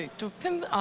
to